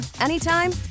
anytime